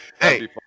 Hey